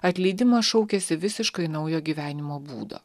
atleidimas šaukiasi visiškai naujo gyvenimo būdo